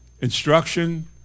instruction